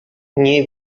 nie